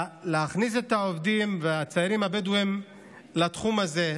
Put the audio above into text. להכניס את העובדים והצעירים הבדואים לתחום הזה,